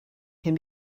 can